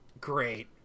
great